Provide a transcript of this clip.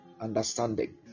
understanding